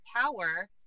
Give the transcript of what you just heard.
power